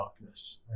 darkness